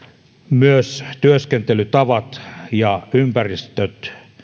myös työskentelytavat ja ympäristöt